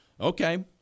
okay